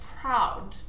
proud